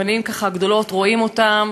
אבנים, ככה, גדולות, רואים אותן.